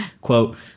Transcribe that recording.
quote